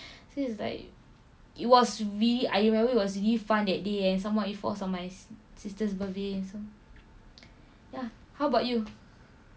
so it's like it was really I remember it was really fun that day and some more it falls on my sister's birthday so ya how about you